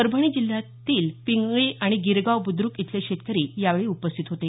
परभणी जिल्ह्यातील पिंगळी आणि गिरगाव बुद्रक इथले शेतकरी यावेळी उपस्थित होते